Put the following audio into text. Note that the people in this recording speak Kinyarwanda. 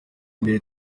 imbere